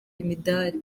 imidari